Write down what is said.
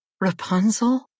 Rapunzel